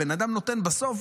הבן אדם נותן בסוף,